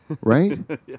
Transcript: Right